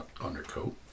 undercoat